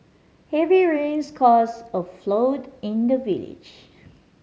heavy rains caused a flood in the village